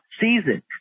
season